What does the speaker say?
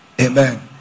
Amen